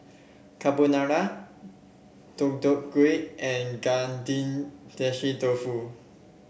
Carbonara Deodeok Gui and dofu